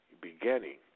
beginning